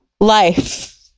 Life